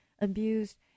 abused